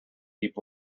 deep